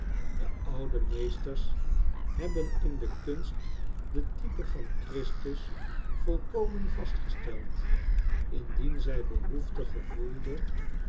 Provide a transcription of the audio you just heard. de oude meesters hebben in de kunst de type van christus volkomen vastgesteld indien zij behoefte gevoelen